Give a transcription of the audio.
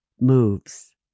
moves